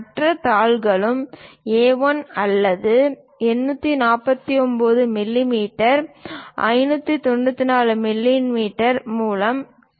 மற்ற தாள்களும் A1 அதாவது 849 மில்லிமீட்டர் 594 மில்லிமீட்டர் மூலம் கிடைக்கின்றன